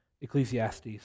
Ecclesiastes